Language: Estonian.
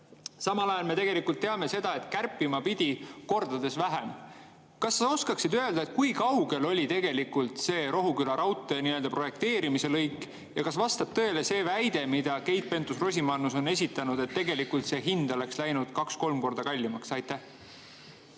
Samal ajal me teame seda, et kärpima pidi kordades vähem. Kas sa oskad öelda, kui kaugel oli tegelikult see Rohuküla raudtee projekteerimise lõik? Ja kas vastab tõele väide, mida Keit Pentus-Rosimannus on esitanud, et see hind oleks läinud kaks-kolm korda kallimaks? Jah,